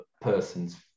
person's